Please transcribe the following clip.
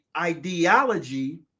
ideology